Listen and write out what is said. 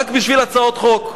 רק בשביל להעלות הצעות חוק,